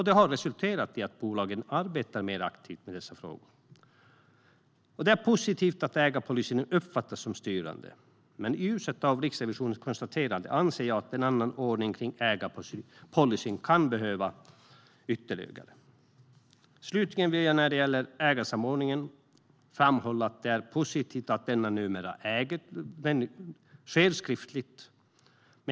Det har resulterat i att bolagen arbetar mer aktivt med dessa frågor. Det är positivt att ägarpolicyn uppfattas som styrande, men i ljuset av Riksrevisionens konstaterande anser jag att en annan ordning kring ägarpolicyn kan behöva övervägas ytterligare. Slutligen vill jag när det gäller ägarsamordningen framhålla att det är positivt att denna numera sker skriftligen.